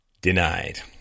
denied